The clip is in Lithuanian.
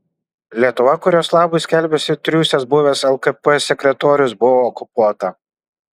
lietuva kurios labui skelbiasi triūsęs buvęs lkp sekretorius buvo okupuota